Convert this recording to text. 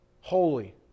holy